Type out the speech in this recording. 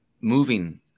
moving